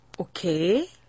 Okay